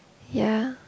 ya